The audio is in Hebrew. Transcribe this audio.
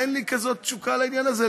אין לי כזאת תשוקה לעניין הזה.